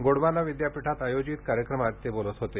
गोंडवाना विद्यापीठात आयोजित कार्यक्रमात ते बोलत होते